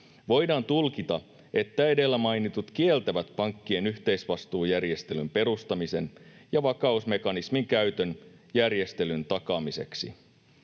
Voidaan tulkita, että edellä mainitut kieltävät pankkien yhteisvastuujärjestelyn perustamisen ja vakausmekanismin käytön järjestelyn takaamiseksi.